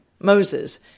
Moses